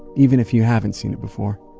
even if you haven't seen it before.